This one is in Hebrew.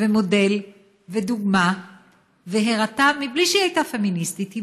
ומודל ודוגמה מבלי שהייתה פמיניסטית,